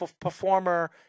performer